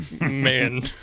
Man